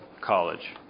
college